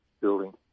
building